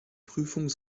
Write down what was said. prüfung